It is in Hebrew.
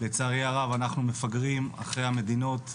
לצערי הרב אנחנו מפגרים אחרי המדינות,